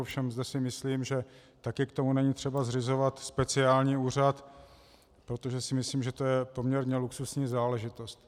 Ovšem zde si myslím, že také k tomu není třeba zřizovat speciální úřad, protože si myslím, že to je poměrně luxusní záležitost.